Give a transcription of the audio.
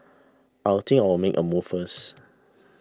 I'll think I'll make a move first